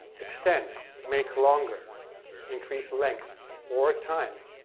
extend make longer increase length or time,